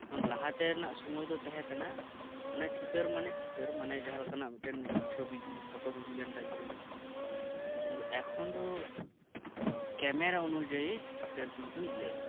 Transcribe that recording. ᱞᱟᱦᱟᱛᱮᱱᱟᱜ ᱥᱩᱢᱟᱹᱭ ᱫᱚ ᱛᱟᱦᱮᱸᱠᱟᱱᱟ ᱚᱱᱟ ᱪᱤᱛᱟᱹᱨ ᱢᱟᱱᱮ ᱪᱤᱛᱟᱹᱨ ᱢᱟᱱᱮ ᱡᱟᱦᱟᱸᱞᱮᱠᱟᱱᱟᱜ ᱢᱤᱫᱴᱟᱝ ᱪᱷᱚᱵᱤᱜᱮ ᱯᱷᱳᱴᱳᱜᱮ ᱦᱩᱭᱞᱮᱱ ᱠᱷᱟᱱᱜᱮ ᱦᱩᱭᱩᱜᱼᱟ ᱮᱠᱷᱚᱱ ᱫᱚ ᱠᱮᱢᱮᱨᱟ ᱚᱱᱩᱡᱟᱭᱤ ᱪᱤᱛᱟᱹᱨ ᱠᱤᱱᱛᱩᱭ ᱞᱟᱹᱭᱟ